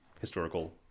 historical